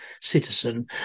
citizen